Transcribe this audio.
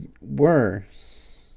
worse